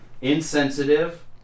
Insensitive